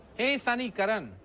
hey sunny, karan.